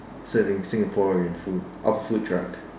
serving Singaporean food off a food truck